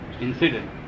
Incident